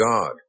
God